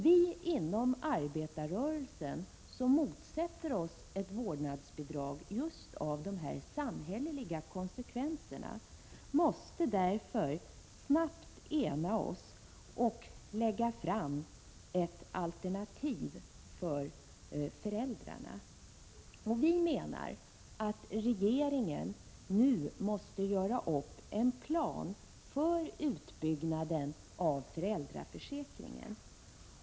Vi inom arbetarrörelsen som motsätter oss ett vårdnadsbidrag på grund av de samhälleliga konsekvenserna måste därför snabbt ena oss och redovisa ett alternativ för föräldrarna. Vi menar att regeringen nu bör göra upp en plan för utbyggnaden av föräldraförsäkringen.